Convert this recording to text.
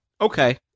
okay